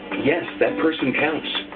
yes, that person counts.